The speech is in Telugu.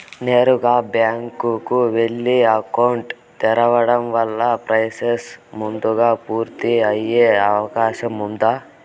నేరుగా బ్యాంకు కు వెళ్లి అకౌంట్ తెరవడం వల్ల ప్రాసెస్ ముందుగా పూర్తి అయ్యే అవకాశం ఉందా?